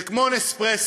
זה כמו "נספרסו":